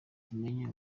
tumenye